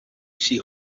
she